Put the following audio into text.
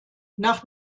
nach